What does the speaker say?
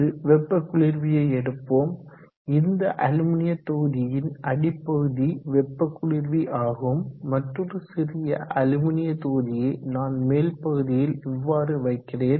ஒரு வெப்ப குளிர்வியை எடுப்போம் இந்த அலுமினிய தொகுதியின் அடிப்பகுதி வெப்ப குளிர்வி ஆகும் மற்றொரு சிறிய அலுமினிய தொகுதியை நான் மேல்பகுதியில் இவ்வாறு வைக்கிறேன்